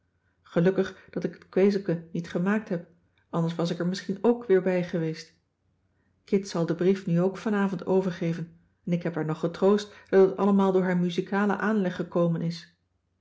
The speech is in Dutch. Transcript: gelukkig dat ik het kwezelke niet gemaakt heb anders was ik er misschien ook weer bij geweest kit zal den brief nu ook vanavond overgeven en ik heb haar nog getroost dat het allemaal door haar muzikalen aanleg gekomen is